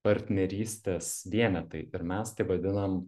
partnerystės vienetai ir mes tai vadinam